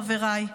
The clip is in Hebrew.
חבריי,